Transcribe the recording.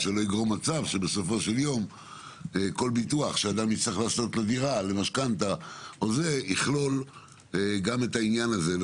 שלא יהיה מצב שכל ביטוח שאדם יצטרך לעשות לדירה יכלול גם את העניין הזה.